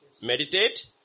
Meditate